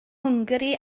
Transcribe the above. hwngari